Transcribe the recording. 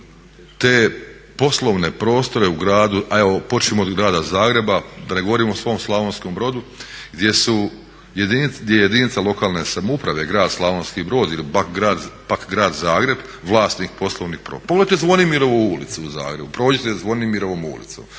te poslovne prostore u gradu, evo počnimo od grada Zagreba, da ne govorim o svom Slavonskom Brodu gdje je jedinica lokalne samouprave, grad Slavonski Brod ili pak grad Zagreb vlasnik poslovnih prostora. Pogledajte Zvonimirovu ulicu u Zagrebu, prođite Zvonimirovom ulicom